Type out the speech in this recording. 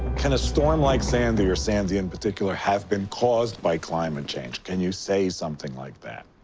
can a storm like sandy, or sandy in particular, have been caused by climate change? can you say something like that?